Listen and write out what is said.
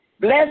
Bless